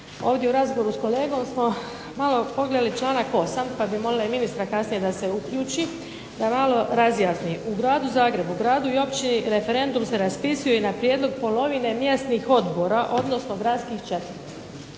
Ovdje u razgovoru s kolegom smo malo pogledali članak 8. pa bih molila i ministra kasnije da se uključi da malo razjasni. U Gradu Zagrebu i gradu i općini referendum se raspisuje na prijedlog polovine mjesnih odbora odnosno gradskih četvrti.